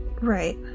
Right